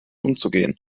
umzugehen